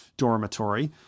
Dormitory